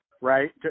right